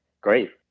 great